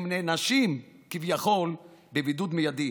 והם נענשים כביכול בבידוד מיידי.